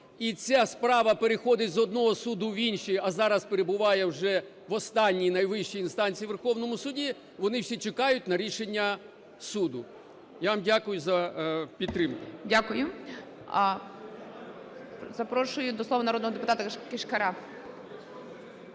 і ця справа переходить з одного суду в інший, а зараз перебуває вже в останній найвищій інстанції – у Верховному Суді – вони всі чекають на рішення суду. Я вам дякую за підтримку. ГОЛОВУЮЧИЙ. Дякую. Запрошую до слова народного депутата Кишкаря.